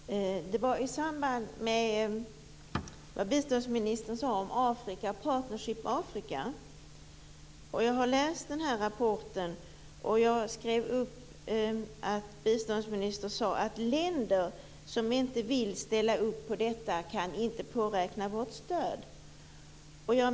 Fru talman! Jag vill ta upp en fråga i samband med det som biståndsministern sade om Partnerskap Afrika. Jag har läst rapporten. Biståndsministern sade: Länder som inte vill ställa upp på detta kan inte påräkna vårt stöd.